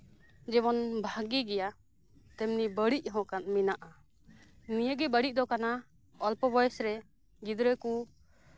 ᱡᱮᱢᱚᱱ ᱵᱷᱟᱹᱜᱮ ᱜᱮᱭᱟ ᱛᱮᱢᱚᱱ ᱵᱟᱹᱲᱤᱡ ᱦᱚᱸ ᱢᱮᱱᱟᱜᱼᱟ ᱱᱤᱭᱟᱹ ᱜᱮ ᱵᱟᱹᱲᱤᱡ ᱫᱚ ᱠᱟᱱᱟ ᱚᱞᱯᱚ ᱵᱚᱭᱮᱥᱨᱮ ᱜᱤᱫᱽᱨᱟᱹ ᱠᱚ